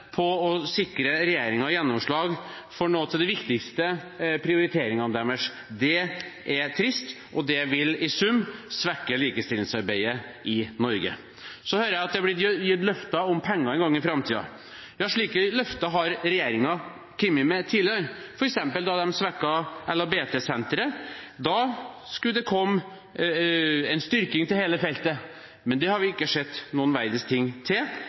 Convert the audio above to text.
på å sikre regjeringen gjennomslag for noen av de viktigste prioriteringene deres. Det er trist, og det vil i sum svekke likestillingsarbeidet i Norge. Så hører jeg at det er gitt løfter om penger en gang i framtiden. Ja, slike løfter har regjeringen kommet med tidligere, f.eks. da de svekket LHBT-senteret. Da skulle det komme en styrking til hele feltet. Men det har vi ikke sett noen verdens ting til,